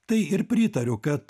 tai ir pritariu kad